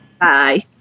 Bye